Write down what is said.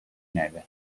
neve